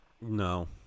No